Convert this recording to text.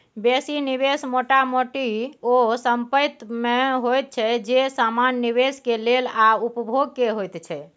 बेसी निवेश मोटा मोटी ओ संपेत में होइत छै जे समान निवेश के लेल आ उपभोग के होइत छै